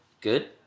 good